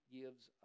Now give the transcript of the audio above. gives